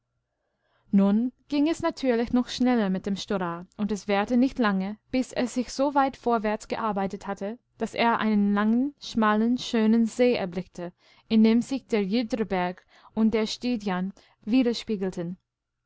nun ging es natürlich noch schneller mit dem storaa und es währte nicht lange bis er sich soweit vorwärts gearbeitet hatte daß er einen langen schmalen schönen see erblickte in dem sich der idreberg und der städjan widerspiegelten